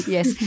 Yes